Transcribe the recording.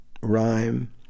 rhyme